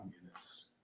Communists